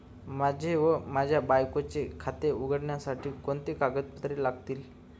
माझे व माझ्या बायकोचे खाते उघडण्यासाठी कोणती कागदपत्रे लागतील?